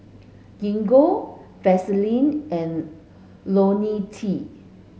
Gingko Vaselin and Ionil T